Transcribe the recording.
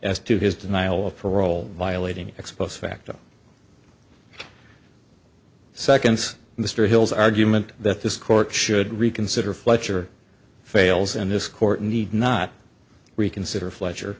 as to his denial of parole violating expose facto seconds mr hill's argument that this court should reconsider fletcher fails in this court need not reconsider fletcher